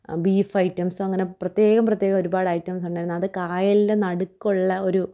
beef ഐറ്റംസും അങ്ങനെ പ്രത്യേകം പ്രത്യേകം ഒരുപാട് ഐറ്റംസുണ്ടായിരുന്നു അത് കായലിൻറ്റെ നടുക്കുള്ള ഒരു